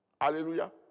Hallelujah